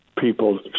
people